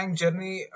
journey